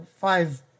five